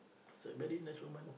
it's a very nice woman